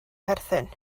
perthyn